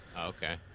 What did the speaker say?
Okay